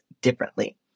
Differently